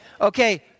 Okay